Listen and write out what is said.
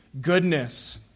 goodness